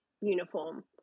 uniform